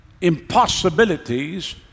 impossibilities